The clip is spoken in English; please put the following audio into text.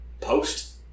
Post